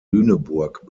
lüneburg